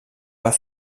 pas